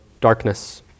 darkness